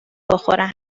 بخورن